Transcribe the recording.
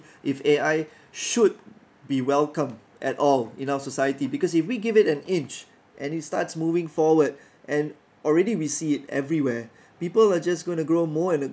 if A_I should be welcomed at all in our society because if we give it an inch and it starts moving forward and already we see it everywhere people are just going to grow more and